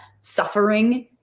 suffering